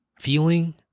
feeling